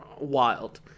Wild